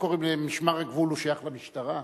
משמר הגבול שייך למשטרה?